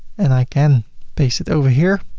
and i can paste it over here.